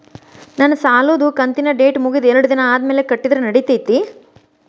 ನನ್ನ ಸಾಲದು ಕಂತಿನ ಡೇಟ್ ಮುಗಿದ ಎರಡು ದಿನ ಆದ್ಮೇಲೆ ಕಟ್ಟಿದರ ನಡಿತೈತಿ?